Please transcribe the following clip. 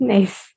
Nice